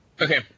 Okay